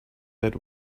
that